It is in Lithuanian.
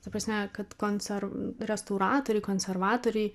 ta prasme kad konserv restauratoriai konservatoriai